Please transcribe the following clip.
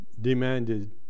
demanded